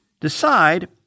decide